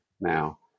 now